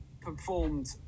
performed